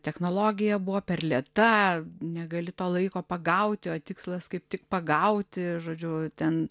technologija buvo per lėta negali to laiko pagauti o tikslas kaip tik pagauti žodžiu ten